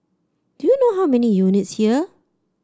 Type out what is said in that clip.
do you know how many units here